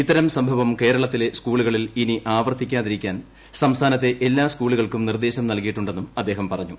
ഇത്തരം സംഭവം കേരളത്തിലെ സ്കൂളുകളിൽ ഇനി ആവർത്തിക്കാതിരിക്കാൻ സംസ്ഥാനത്തെ എല്ലാ സ്കൂളുകൾക്കും നിർദേശം നൽകിയിട്ടുണ്ടെന്നും അദ്ദേഹം പറഞ്ഞു